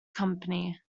company